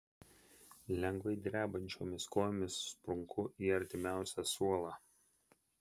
lengvai drebančiomis kojomis sprunku į artimiausią suolą